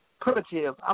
primitive